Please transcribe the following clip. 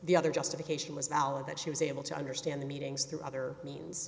the other justification was valid that she was able to understand the meetings through other means